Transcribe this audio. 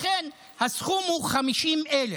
לכן הסכום הוא 50,000,